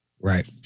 Right